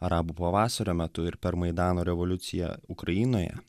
arabų pavasario metu ir per maidano revoliuciją ukrainoje